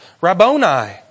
Rabboni